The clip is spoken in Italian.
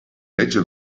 legge